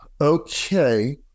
okay